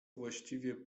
właściwie